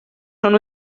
són